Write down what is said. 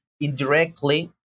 indirectly